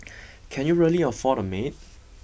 can you really afford a maid